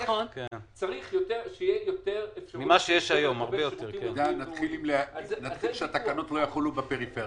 נתחיל עם זה שהתקנות לא יחולו בפריפריה.